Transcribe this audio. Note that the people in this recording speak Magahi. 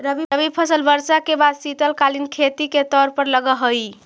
रबी फसल वर्षा के बाद शीतकालीन खेती के तौर पर लगऽ हइ